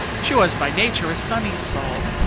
she was by nature a sunny soul,